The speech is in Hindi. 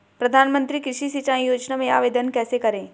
प्रधानमंत्री कृषि सिंचाई योजना में आवेदन कैसे करें?